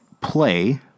play